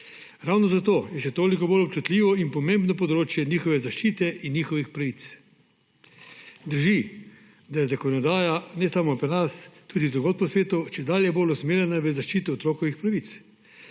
Ravno zato je še toliko bolj občutljivo in pomembno področje njihove zaščite in njihovih pravic. Drži, da je zakonodaja ne samo pri nas, tudi drugod po svetu čedalje bolj usmerjena v zaščito otrokovih pravic.